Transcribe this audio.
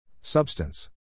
Substance